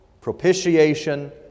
propitiation